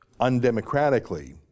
undemocratically